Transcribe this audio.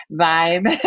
vibe